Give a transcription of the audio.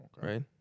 right